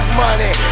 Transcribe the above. money